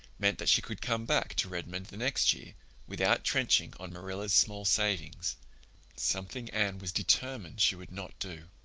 meant that she could come back to redmond the next year without trenching on marilla's small savings something anne was determined she would not do.